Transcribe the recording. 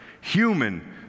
human